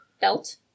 belt